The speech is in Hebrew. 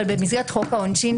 אבל במסגרת חוק העונשין,